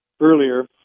earlier